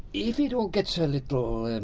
if it all gets a little, and